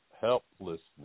helplessness